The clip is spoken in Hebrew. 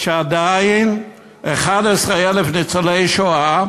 שעדיין 11,000 ניצולי שואה